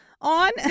on